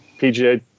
PGA